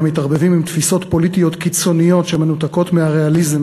מתערבבים עם תפיסות פוליטיות קיצוניות שמנותקות מהריאליזם,